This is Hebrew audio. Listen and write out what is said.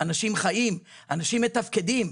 אנשים חיים, אנשים מתפקדים.